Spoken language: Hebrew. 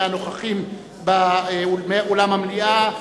מהנוכחים באולם המליאה,